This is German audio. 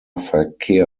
verkehr